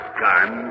gun